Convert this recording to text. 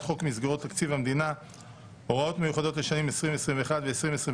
חוק מסגרות תקציב המדינה (הוראות מיוחדות לשנים 2021 ו-2022)